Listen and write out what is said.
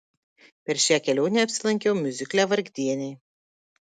per šią kelionę apsilankiau miuzikle vargdieniai